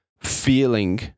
feeling